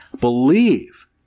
believe